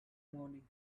morning